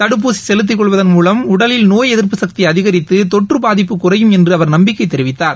தடுப்பூசிசெலுத்திக் கொள்வதன் மூலம் உடலில் நோய் எதிர்ப்பு சக்திஅதிகரித்து தொற்றுபாதிப்பு குறையும் என்றுஅவர் நம்பிக்கைதெரிவித்தார்